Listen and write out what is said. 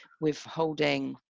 withholding